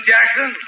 Jackson